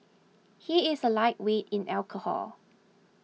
he is a lightweight in alcohol